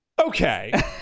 Okay